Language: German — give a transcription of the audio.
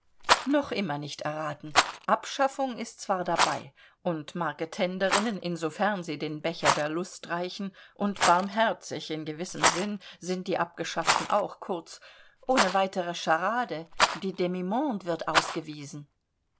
noch immer nicht erraten abschaffung ist zwar dabei und marketenderinnen insofern sie den becher der lust reichen und barmherzig in gewissem sinn sind die abgeschafften auch kurz ohne weitere charade die demimonde wird ausgewiesen